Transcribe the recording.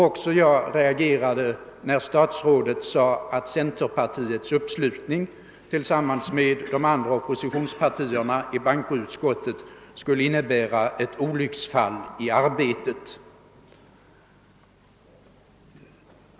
Också jag reagerade när statsrådet sade att centerpartiets uppslutning tillsammans med de andra oppositionspartierna i bankoutskottet skulle innebära ett olycksfall i arbetet.